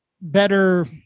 better